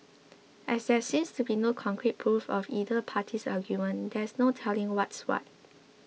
as there seems to be no concrete proof of either party's argument there's no telling what's what